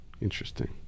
interesting